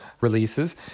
releases